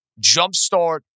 jumpstart